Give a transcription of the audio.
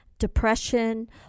Depression